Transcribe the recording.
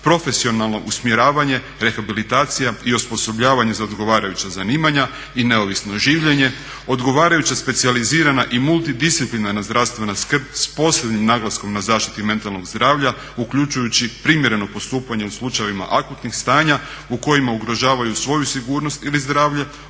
profesionalno usmjeravanje, rehabilitacija i osposobljavanje za odgovaraju zanimanja i neovisno življenje, odgovarajuća specijalizirana i multidisciplinarna zdravstvena skrb s posebnim naglaskom na zaštitu mentalnog zdravlja uključujući primjereno postupanje u slučajevima akutnih stanja u kojima ugrožavaju svoju sigurnost ili zdravlje